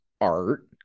art